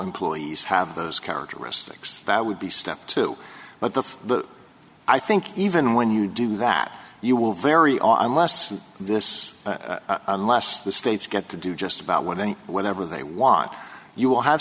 employees have those characteristics that would be step two but the but i think even when you do that you will vary on less than this unless the states get to do just about one and whenever they want you will have